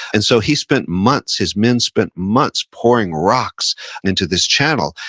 and so, he spent months, his men spent months pouring rocks into this channel.